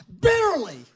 bitterly